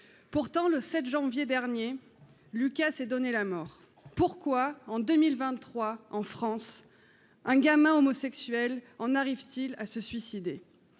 Pourtant, le 7 janvier dernier, Lucas s'est donné la mort. Pourquoi, en 2023 en France, un gamin homosexuel en arrive-t-il à se suicider ?